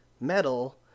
metal